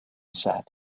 said